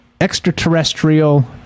extraterrestrial